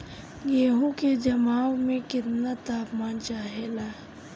गेहू की जमाव में केतना तापमान चाहेला?